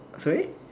sorry